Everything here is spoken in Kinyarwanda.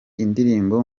indirimbo